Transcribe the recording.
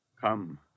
Come